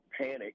panic